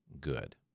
good